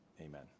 amen